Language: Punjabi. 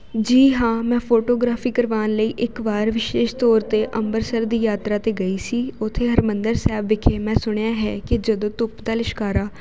ਜੀ ਹਾਂ ਮੈਂ ਫੋਟੋਗ੍ਰਾਫੀ ਕਰਵਾਉਣ ਲਈ ਇੱਕ ਵਾਰ ਵਿਸ਼ੇਸ਼ ਤੌਰ 'ਤੇ ਅੰਮ੍ਰਿਤਸਰ ਦੀ ਯਾਤਰਾ 'ਤੇ ਗਈ ਸੀ ਉੱਥੇ ਹਰਿਮੰਦਰ ਸਾਹਿਬ ਵਿਖੇ ਮੈਂ ਸੁਣਿਆ ਹੈ ਕਿ ਜਦੋਂ ਧੁੱਪ ਦਾ ਲਿਸ਼ਕਾਰਾ